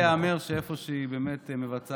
האמת שלזכותה ייאמר שאיפה שהיא מבצעת